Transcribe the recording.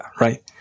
right